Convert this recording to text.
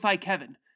kevin